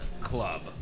Club